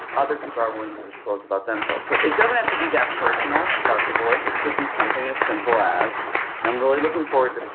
other people are willing to disclose about themselves. so it doesn't have to be that personal about divorce, it could be something as simple as i'm really looking forward to, so